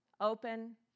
Open